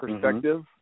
perspective